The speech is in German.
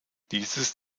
dieses